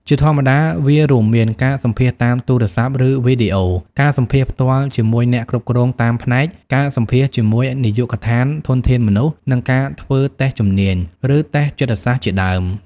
ជាធម្មតាវារួមមាន ការសម្ភាសន៍តាមទូរស័ព្ទឬវីដេអូ ការសម្ភាសន៍ផ្ទាល់ជាមួយអ្នកគ្រប់គ្រងតាមផ្នែក ការសម្ភាសន៍ជាមួយនាយកដ្ឋានធនធានមនុស្ស និងការធ្វើតេស្តជំនាញ ឬតេស្តចិត្តសាស្ត្រជាដើម។